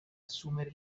assumere